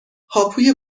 هاپوی